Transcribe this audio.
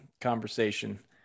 conversation